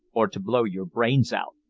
or to blow your brains out.